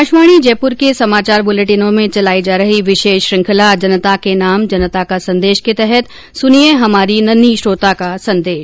आकाशवाणी जयपुर के समाचार बुलेटिनों में चलाई जा रही विशेष श्रुखंला जनता के नाम जनता का संदेश के तहत सुनिये हमारी नन्ही श्रोता का संदेश